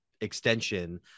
extension